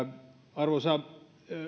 arvoisa